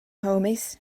homies